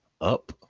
up